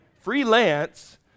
freelance